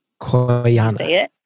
Koyana